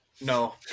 No